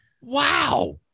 Wow